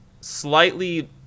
slightly